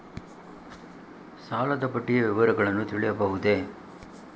ಸಾಲದ ಬಡ್ಡಿಯ ವಿವರಗಳನ್ನು ತಿಳಿಯಬಹುದೇ?